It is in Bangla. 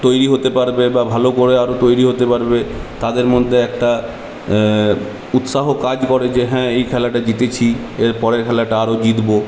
তৈরি হতে পারবে বা ভালো করে আরও তৈরি হতে পারবে তাদের মধ্যে একটা উৎসাহ কাজ করে যে হ্যাঁ এই খেলাটা জিতেছি এর পরের খেলাটা আরও জিতবো